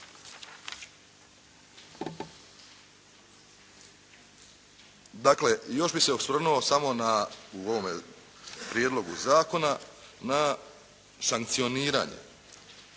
Dakle, još bih se osvrnuo samo na, u ovome prijedlogu zakona na sankcioniranje